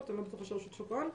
אני לא בטוחה של רשות שוק ההון,